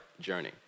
journey